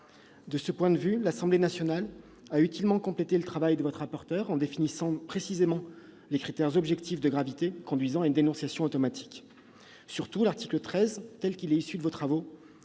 De ce point de vue, l'Assemblée nationale a utilement complété le travail de votre rapporteur en définissant précisément les critères objectifs de gravité conduisant à une dénonciation automatique des dossiers au parquet. Surtout, l'article 13 tel qu'il est issu de vos travaux